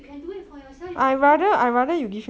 you can do it for yourself it's the best